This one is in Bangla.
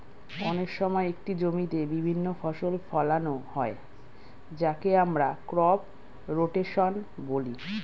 অনেক সময় একটি জমিতে বিভিন্ন ফসল ফোলানো হয় যাকে আমরা ক্রপ রোটেশন বলি